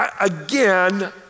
again